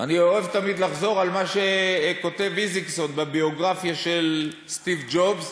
אני אוהב תמיד לחזור על מה שכותב אייזקסון בביוגרפיה של סטיב ג'ובס,